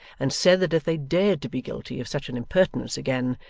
and said that if they dared to be guilty of such an impertinence again,